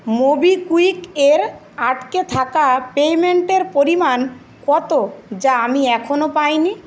MobiKwik এর আটকে থাকা পেইমেন্টের পরিমাণ কত যা আমি এখনও পাইনি